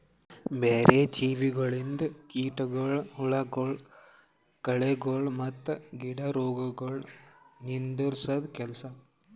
ಬ್ಯಾರೆ ಜೀವಿಗೊಳಿಂದ್ ಕೀಟಗೊಳ್, ಹುಳಗೊಳ್, ಕಳೆಗೊಳ್ ಮತ್ತ್ ಗಿಡ ರೋಗಗೊಳ್ ನಿಂದುರ್ಸದ್ ಕೆಲಸ